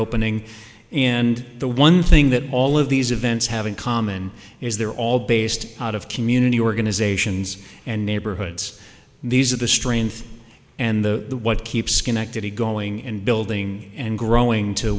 opening and the one thing that all of these events have in common is they're all based out of community organizations and neighborhoods these are the strength and the what keeps schenectady going and building and growing to